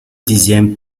dixième